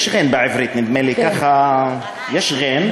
יש ע'ין בעברית, נדמה לי, ככה, יש ע'ין.